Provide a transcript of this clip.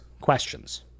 questions